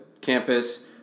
campus